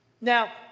Now